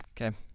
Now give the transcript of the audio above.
Okay